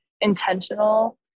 intentional